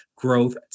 growth